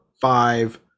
five